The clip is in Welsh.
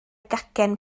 gacen